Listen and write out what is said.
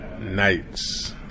nights